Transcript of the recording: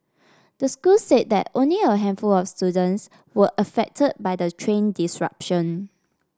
the school said that only a handful of students were affected by the train disruption